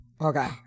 okay